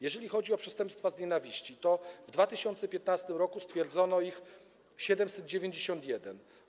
Jeżeli chodzi o przestępstwa z nienawiści, to w 2015 r. stwierdzono ich 791.